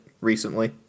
recently